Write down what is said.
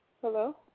Hello